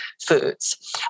foods